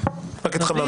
שתתקבל